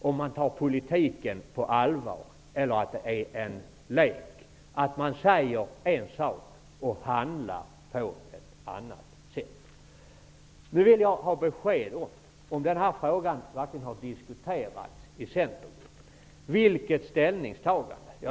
om de tar politiken på allvar eller om de ser den som en lek. Man säger en sak och handlar på ett annat sätt. Om nu den här frågan verkligen har diskuterats inom Centerpartiet, vill jag ha besked om vilket ställningstagande man har gjort.